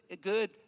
good